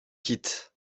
quitte